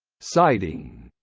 citing.